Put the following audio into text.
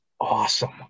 awesome